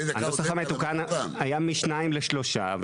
דקה --- הנוסח המתוקן היה משניים לשלושה,